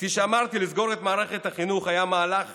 כפי שאמרתי, לסגור את מערכת החינוך היה מהלך